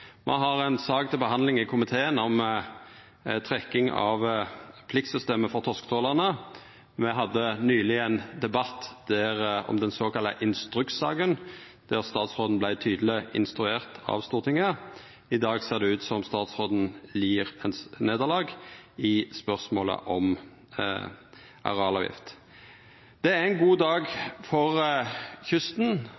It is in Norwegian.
Me har ei sak til behandling i komiteen om trekking av pliktsystemet for torsketrålarane. Me hadde nyleg ein debatt om den såkalla instrukssaka, der statsråden vart tydeleg instruert av Stortinget. I dag ser det ut som at statsråden lid eit nederlag i spørsmålet om arealavgift. Det er ein god dag